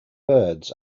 birds